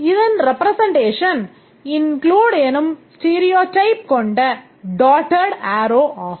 இதன் representation "include" எனும் stereotype கொண்ட dotted arrow ஆகும்